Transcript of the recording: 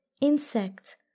insect